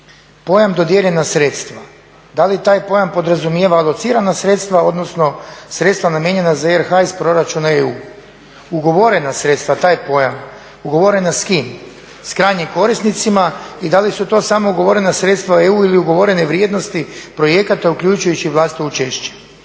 Pojam dodijeljena sredstva, da li taj pojam podrazumijeva alocirana sredstva, odnosno sredstva namijenjena za RH iz proračuna EU. Ugovorena sredstva, taj pojam ugovorena s kim? S krajnjim korisnicima i da li su to samo ugovorena sredstva EU ili ugovorene vrijednosti projekata uključujući i vlastito učešće.